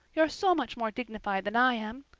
you're so much more dignified than i am.